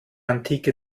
antike